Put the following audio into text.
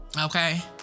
Okay